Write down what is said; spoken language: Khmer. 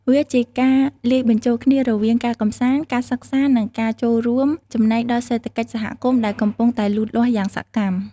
វាជាការលាយបញ្ចូលគ្នារវាងការកម្សាន្ត ការសិក្សា និងការចូលរួមចំណែកដល់សេដ្ឋកិច្ចសហគមន៍ដែលកំពុងតែលូតលាស់យ៉ាងសកម្ម។